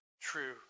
true